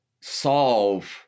solve